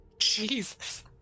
Jesus